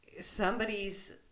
somebody's